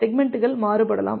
செக்மெண்ட்கள் மாறுபடலாம்